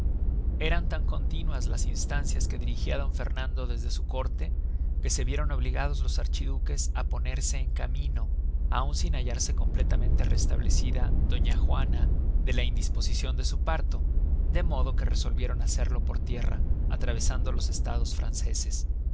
eran tan continuas las instancias que dirigia d fernando desde su córte que se vieron obligados los archiduques á ponerse en camino aun sin hallarse completamente restlablecida doña juana de la indisposicion de su parto de modo que resolvieron hacerlo por tierra atravesando los estados franceses